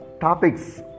topics